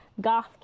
goth